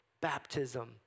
Baptism